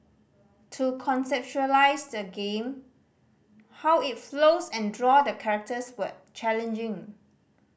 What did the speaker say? to conceptualise the game how it flows and draw the characters were challenging